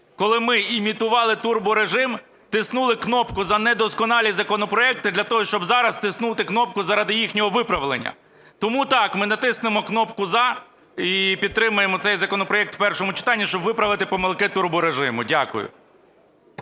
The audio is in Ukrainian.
коли ми імітували турборежим, тиснули кнопку за недосконалі законопроекти для того, щоб зараз тиснути кнопку заради їхнього виправлення. Тому, так, ми натиснемо кнопку "за" і підтримаємо цей законопроект в першому читанні, щоб виправити помилки турборежиму. Дякую.